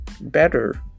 better